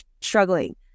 struggling